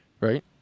right